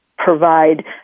provide